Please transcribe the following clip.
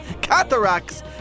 Cataracts